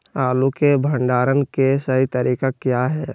आलू के भंडारण के सही तरीका क्या है?